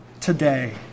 today